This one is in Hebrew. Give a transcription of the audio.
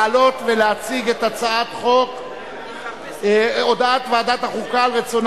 לעלות ולהציג את הודעת ועדת החוקה על רצונה